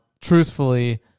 truthfully